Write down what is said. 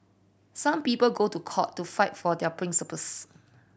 some people go to court to fight for their principles